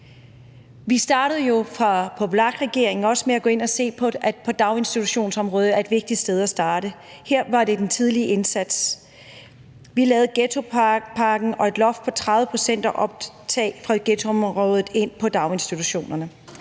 og se på det og fandt også, at daginstitutionsområdet er et vigtigt sted at starte. Her var det den tidlige indsats. Vi lavede ghettopakken og et loft på 30 pct. for optag af børn fra ghettoområder i daginstitutionerne.